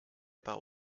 about